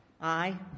Aye